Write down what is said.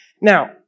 Now